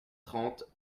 trente